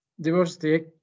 Diversity